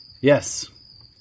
Yes